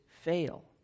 fail